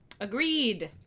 agreed